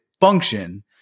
function